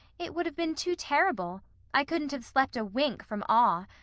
it would have been too terrible i couldn't have slept a wink from awe.